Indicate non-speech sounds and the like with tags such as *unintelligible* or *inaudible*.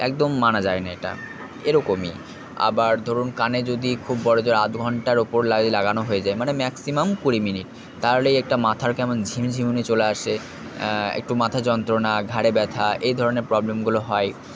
একদম মানা যায় না এটা এরকমই আবার ধরুন কানে যদি খুব বড়ো জোর আধঘন্টার ওপর *unintelligible* লাগানো হয়ে যায় মানে ম্যাক্সিমাম কুড়ি মিনিট তাহলেই একটা মাথার কেমন ঝিমঝিমুনি চলে আসে একটু মাথা যন্ত্রণা ঘাড়ে ব্যাথা এই ধরণের প্রবলেমগুলো হয়